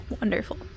Wonderful